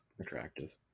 attractive